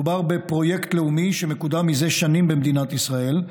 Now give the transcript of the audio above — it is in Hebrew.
מדובר בפרויקט לאומי שמקודם זה שנים במדינת ישראל,